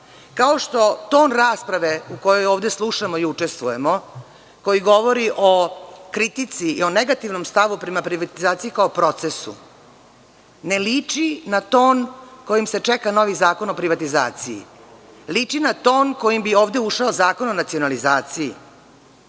oba. Kao što ton rasprave u kojoj ovde slušamo i učestvujemo, koji govori o kritici i o negativnom stavu prema privatizaciji kao procesu, ne liči na ton kojim se čeka novi zakon o privatizaciji, liči na ton kojim bi ovde ušao zakon o nacionalizaciji.